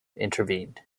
intervened